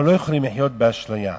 אנחנו לא יכולים לחיות באשליה.